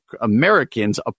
Americans